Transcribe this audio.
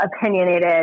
opinionated